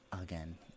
again